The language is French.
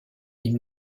ils